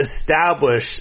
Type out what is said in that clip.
establish